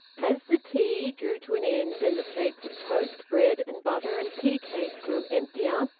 as the tea drew to an end, and the plates of toast, bread and butter, and tea-cake grew emptier,